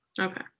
Okay